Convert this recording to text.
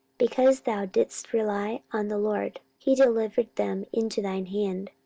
because thou didst rely on the lord, he delivered them into thine hand.